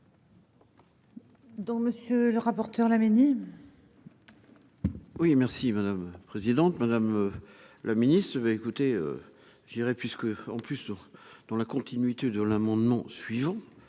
Donc, monsieur le rapporteur, la. Oui merci madame la présidente, la Ministre va écouter, je dirais, puisque, en plus, dans la continuité de l'amendement suivant,